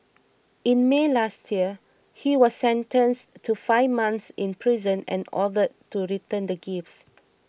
in May last year he was sentenced to five months in prison and ordered to return the gifts